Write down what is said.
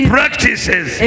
practices